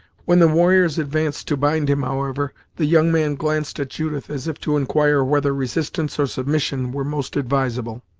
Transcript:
when the warriors advanced to bind him, however, the young man glanced at judith, as if to enquire whether resistance or submission were most advisable.